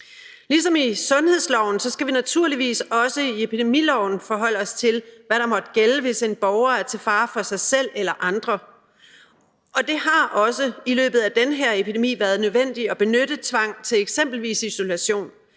Ligesom i sundhedsloven skal vi naturligvis også i epidemiloven forholde os til, hvad der måtte gælde, hvis en borger er til fare for sig selv eller andre, og det har også i løbet af den her epidemi været nødvendigt at benytte tvang til eksempelvis isolation